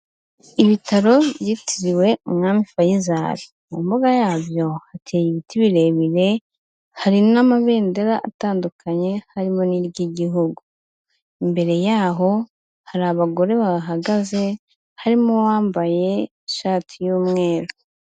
Ibitaro byitiriwe umwami Fayizari, mu mbuga yabyo hateye ibiti birebire, hari n'amabendera atandukanye harimo n'iry'igihugu, imbere yaho hari abagore bahagaze harimo uwambaye ishati y'umweru.